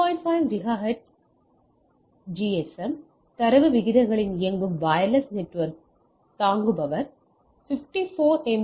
5 gigahertz ISM தரவு விகிதங்களில் இயங்கும் வயர்லெஸ் நெட்வொர்க் தாங்குபவர் 54 எம்